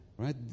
right